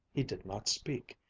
he did not speak.